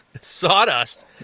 Sawdust